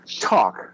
talk